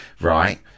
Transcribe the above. right